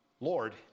Lord